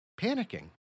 panicking